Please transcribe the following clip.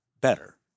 better